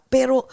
Pero